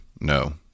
no